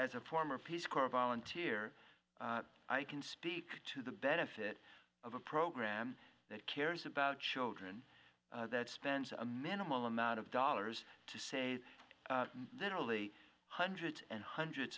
s a former peace corps volunteer i can speak to the benefit of a program that cares about children that spends a minimal amount of dollars to save literally hundreds and hundreds